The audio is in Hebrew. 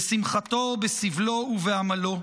בשמחתו, בסבלו ובעמלו,